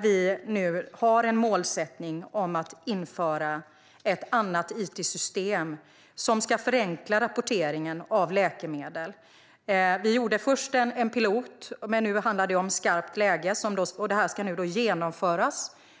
Vi har nu en målsättning om att införa ett annat it-system som ska förenkla rapporteringen av läkemedel. Vi gjorde först en "pilot", men nu handlar det om skarpt läge. Detta genomförs